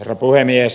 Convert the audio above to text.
herra puhemies